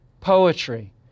poetry